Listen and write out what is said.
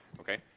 okay?